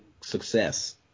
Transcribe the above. success